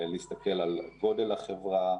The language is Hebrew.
להסתכל על גודל החברה,